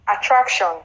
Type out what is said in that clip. attraction